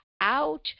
out